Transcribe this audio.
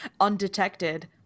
undetected